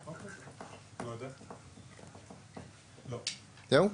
(הישיבה נפסקה בשעה 13:25 ונתחדשה בשעה 13:27.) טוב,